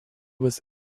was